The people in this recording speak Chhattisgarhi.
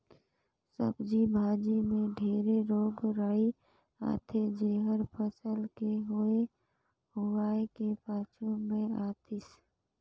सब्जी भाजी मे ढेरे रोग राई आथे जेहर फसल के होए हुवाए के पाछू मे आतिस